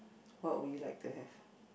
what would you like to have